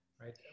right